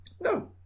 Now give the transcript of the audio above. no